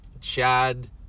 Chad